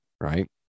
right